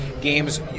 Games